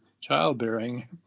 childbearing